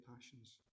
passions